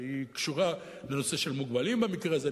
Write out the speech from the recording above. שהיא קשורה לנושא של מוגבלים במקרה הזה,